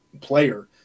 player